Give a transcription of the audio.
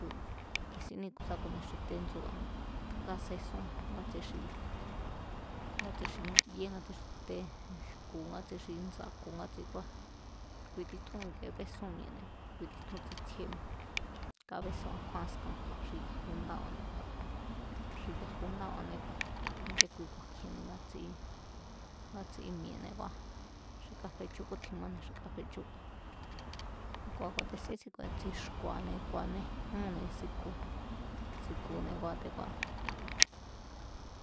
Te̱ ku̱a̱te̱sín níku̱ sá ku̱ni xi tendsu̱ba̱ne̱ kasesún ngatsi xi, ngatsi xi nuye ngatsi xi te, jku̱ ngatsi xi ndsa̱ku̱ ngatsi, kui titjún ikie bésún mi̱e̱ne̱ kui titjún tsitsjíé mi̱e̱, kábésún a̱kjúán a̱skan kju̱a̱ xi yaju ndábane̱ kua̱ xi yaju ndábane̱ kua̱, nde kui ku̱a̱kji̱e̱ni ngatsi, ngatsi mi̱e̱ne̱ kua̱, xi kafechú kútjinmani xi kafechú, ngua̱ te̱ ku̱a̱tesín síku̱, tsi̱xku̱a̱ne̱ ku̱a̱nejúnne̱ si̱ku̱ne̱ kua̱,